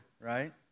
right